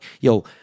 Yo